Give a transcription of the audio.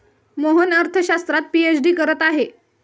मोहन अर्थशास्त्रात पीएचडी करत आहे